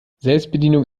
selbstbedienung